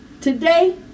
Today